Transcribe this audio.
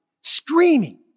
Screaming